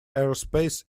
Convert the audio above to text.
aerospace